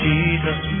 Jesus